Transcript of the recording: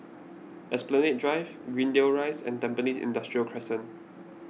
Esplanade Drive Greendale Rise and Tampines Industrial Crescent